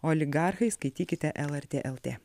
oligarchai skaitykite lrt lt